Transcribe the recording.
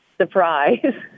surprise